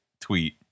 tweet